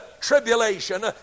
tribulation